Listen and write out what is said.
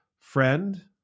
friend